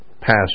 pass